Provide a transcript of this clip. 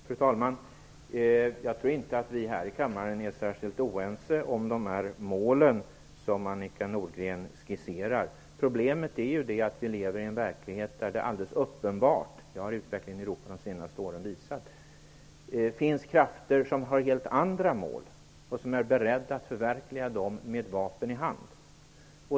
Fru talman! Jag tror inte att vi i den här kammaren är särskilt oense om de mål som Annika Nordgren skisserar. Problemet är att vi lever i en verklighet där det alldeles uppenbart - det har utvecklingen i Europa under de senaste åren visat - finns krafter som har helt andra mål och som är beredda att förverkliga dessa med vapen i hand.